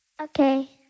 Okay